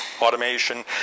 automation